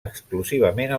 exclusivament